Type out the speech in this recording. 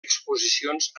exposicions